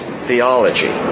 theology